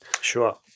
Sure